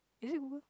is it Google